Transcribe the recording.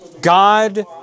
God